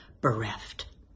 bereft